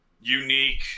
Unique